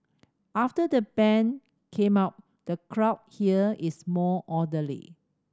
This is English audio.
after the ban came up the crowd here is more orderly